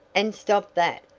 and stop that!